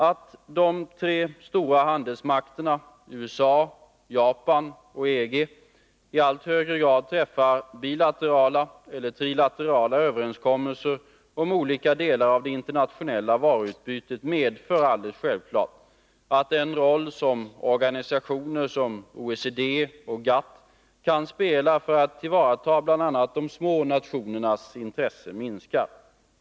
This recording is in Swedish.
Att de tre stora handelsmakterna USA, Japan och EG i allt högre grad träffar bilaterala eller trilaterala överenskommelser om olika delar av det internationella varuutbytet medför självklart att den roll som organisationer såsom OECD och GATT kan spela för att tillvarata bl.a. de små nationernas intressen minskar.